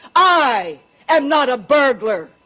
i am not a burglar.